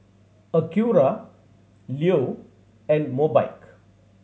Acura Leo and Mobike